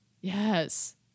Yes